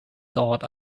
thought